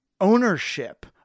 Ownership